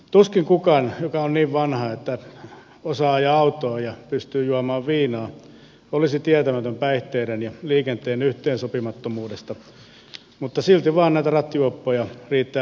tuskin kukaan joka on niin vanha että osaa ajaa autoa ja pystyy juomaan viinaa olisi tietämätön päih teiden ja liikenteen yhteensopimattomuudesta mutta silti vain näitä rattijuoppoja riittää liiaksi asti